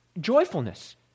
joyfulness